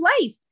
life